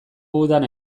udan